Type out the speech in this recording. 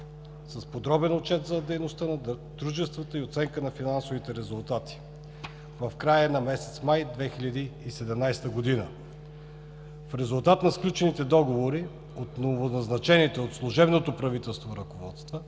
с подробен отчет за дейността на дружествата и оценка на финансовите резултати в края на месец май 2017 г. В резултат на сключените договори от новоназначените от служебното правителство ръководства